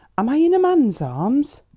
am i in a man's arms?